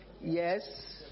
Yes